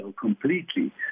completely